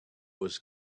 was